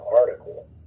article